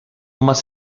más